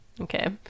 Okay